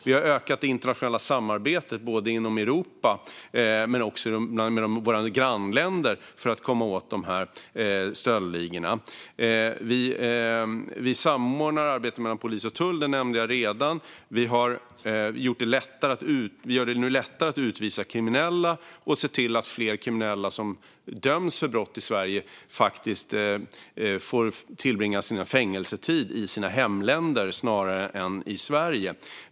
Vi har ökat det internationella samarbetet både inom Europa och med våra grannländer för att komma åt stöldligorna. Vi samordnar arbetet mellan polis och tull, som jag redan har nämnt. Vi gör det nu lättare att utvisa kriminella och se till att fler kriminella som döms för brott i Sverige får tillbringa sin fängelsetid i sina hemländer snarare än i Sverige.